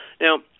Now